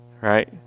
Right